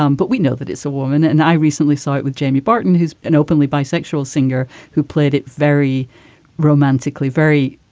um but we know that it's a woman. and i recently saw it with jamie barton, who's an openly bisexual singer, who played it very romantically, very